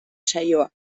saioa